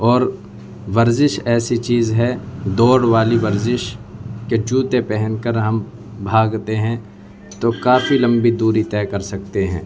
اور ورزش ایسی چیز ہے دوڑ والی ورزش کہ جوتے پہن کر ہم بھاگتے ہیں تو کافی لمبی دوری طے کر سکتے ہیں